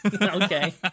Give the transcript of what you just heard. Okay